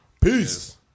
Peace